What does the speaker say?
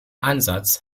ansatz